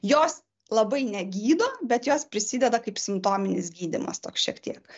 jos labai negydo bet jos prisideda kaip simptominis gydymas toks šiek tiek